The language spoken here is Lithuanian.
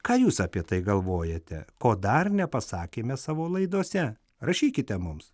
ką jūs apie tai galvojate ko dar nepasakėme savo laidose rašykite mums